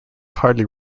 hardly